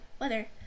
weather